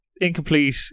incomplete